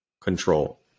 control